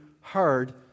hard